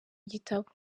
igitabo